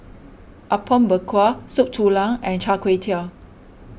Apom Berkuah Soup Tulang and Char Kway Teow